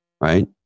Right